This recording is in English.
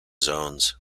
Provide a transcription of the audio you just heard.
zones